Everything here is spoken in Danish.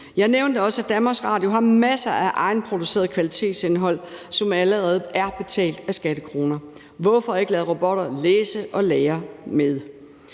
Jeg nævnte også, at DR har masser af egenproduceret kvalitetsindhold, som allerede er betalt med skattekroner. Hvorfor ikke lade robotter læse og lære med?